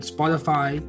Spotify